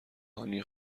هانی